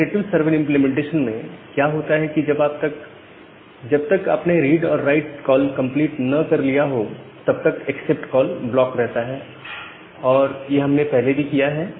iterative server implementation में क्या होता है कि जब तक आपने read or write call complete ना कर लिया हो तब तक एक्सेप्ट कॉल ब्लॉक रहता है और यह हमने पहले भी किया है